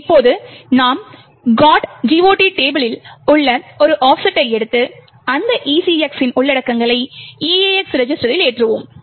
இப்போது நாம் GOT டேபிளில் உள்ள ஆஃப்செட்டைச் எடுத்து அந்த ECX இன் உள்ளடக்கங்களை EAX ரெஜிஸ்டரில் ஏற்றுவோம்